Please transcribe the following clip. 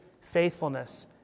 faithfulness